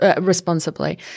responsibly